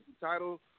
title